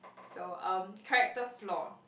so um character flaw